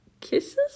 kisses